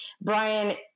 Brian